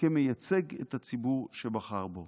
כמייצג את הציבור שבחר בו.